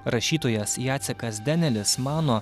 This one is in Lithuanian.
rašytojas jacekas denelis mano